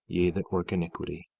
ye that work iniquity.